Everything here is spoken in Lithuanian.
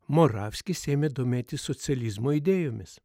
moravskis ėmė domėtis socializmo idėjomis